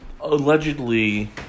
allegedly